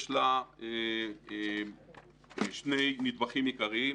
יש לה שני נדבכים עיקריים.